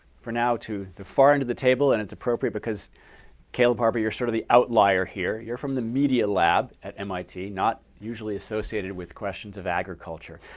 for now, to the far end of the table. and it's appropriate because caleb harper, you're sort of the outlier here. you're from the media lab at mit, not usually associated with questions of agriculture.